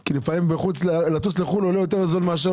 כי לפעמים לטוס לחו"ל עולה פחות מאשר